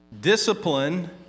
Discipline